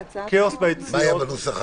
כאוס ביציאות,